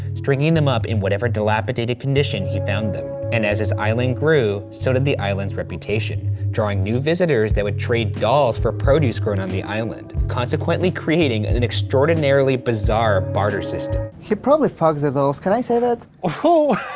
stringing them up in whatever dilapidated condition he found them, and as his island grew, so did the island's reputation. drawing new visitors that would trade dolls for produce grown on the island, consequently creating and an extraordinarily bizarre barter system. he probably fucks the dolls, can i say that? wha ah who,